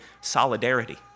solidarity